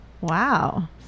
wow